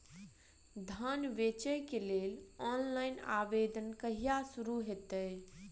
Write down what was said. धान बेचै केँ लेल ऑनलाइन आवेदन कहिया शुरू हेतइ?